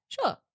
sure